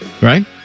right